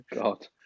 God